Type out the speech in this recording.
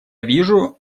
вижу